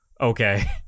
okay